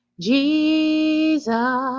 Jesus